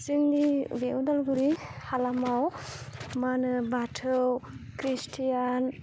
जोंनि बे अदालगुरि हालामाव मा होनो बाथौ ख्रिष्टियान